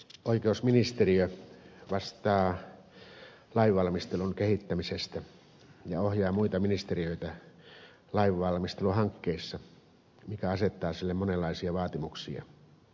oikeusministeriö vastaa lainvalmistelun kehittämisestä ja ohjaa muita ministeriöitä lainvalmisteluhankkeissa mikä asettaa sille monenlaisia vaatimuksia